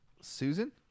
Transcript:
Susan